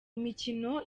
mikino